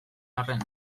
arren